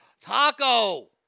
Taco